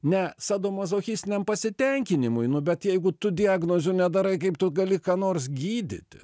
ne sadomazochistiniam pasitenkinimui nu bet jeigu tu diagnozių nedarai kaip tu gali ką nors gydyti